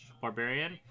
barbarian